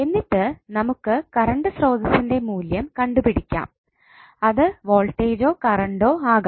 എന്നിട്ട് നമുക്ക് കറണ്ട് സ്രോതസ്സിൻറെ മൂല്ല്യം കണ്ടു പിടിക്കാം അത് വോൾട്ടേജ്ജോ കറണ്ടോ ആകാം